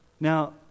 Now